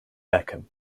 beckham